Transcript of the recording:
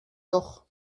doch